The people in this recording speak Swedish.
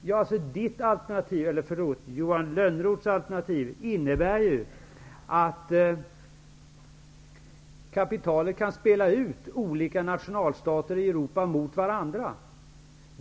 Ja, Johan Lönnroths alternativ innebär att kapitalet kan spela ut olika nationalstater i Europa mot varandra.